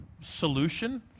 solution